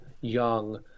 young